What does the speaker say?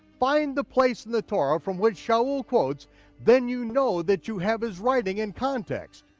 find the place in the torah from which saul quotes then you know that you have his writing in context.